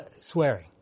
swearing